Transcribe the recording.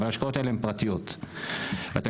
אבל ההשקעות האלה הן פרטיות.